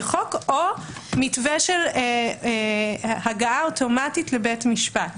חוק או מתווה של הגעה אוטומטית לבית משפט.